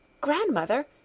Grandmother